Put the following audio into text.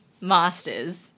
masters